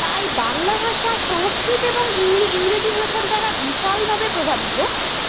তাই বাংলা ভাষা সংস্কৃত এবং ইংলি ইংরেজি ভাষার দ্বারা বিশালভাবে প্রভাবিত